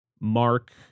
Mark